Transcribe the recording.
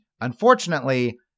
unfortunately